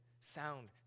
sound